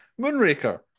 Moonraker